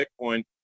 Bitcoin